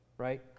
right